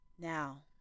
Now